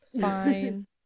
Fine